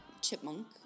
chipmunk